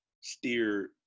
steer